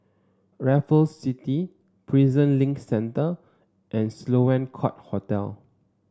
Raffles City Prison Link Centre and Sloane Court Hotel